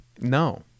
No